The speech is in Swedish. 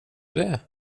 det